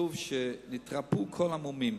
נתרפאו כל המומים.